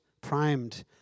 primed